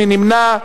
מי נמנע?